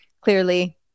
clearly